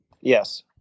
yes